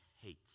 hates